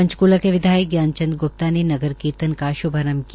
पंचकुला के विधायक ज्ञान चंद ग्प्ता ने नगर कीर्तन का श्भारंभ किया